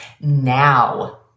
Now